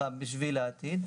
בשביל העתיד.